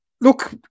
Look